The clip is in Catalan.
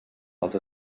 els